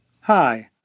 Hi